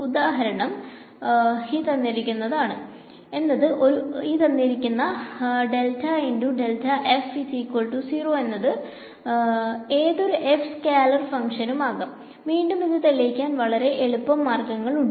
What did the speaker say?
ഉദാഹരണം എന്നത് ഏതൊരു f സ്കാലർ ഫങ്ക്ഷനും ആകാം വീണ്ടും ഇത് തെളിയിക്കാൻ വളരെ എളുപ്പം മാർഗങ്ങൾ ഉണ്ട്